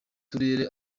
rurerure